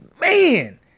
Man